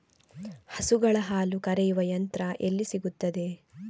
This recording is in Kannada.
ಹಸುಗಳ ಹಾಲು ಕರೆಯುವ ಯಂತ್ರ ಎಲ್ಲಿ ಸಿಗುತ್ತದೆ?